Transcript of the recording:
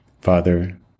Father